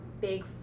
big